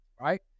Right